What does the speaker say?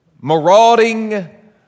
Marauding